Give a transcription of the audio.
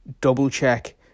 double-check